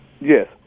Yes